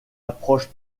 approche